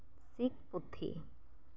ᱥᱤᱠ ᱯᱩᱛᱷᱤ